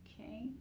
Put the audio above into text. okay